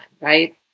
right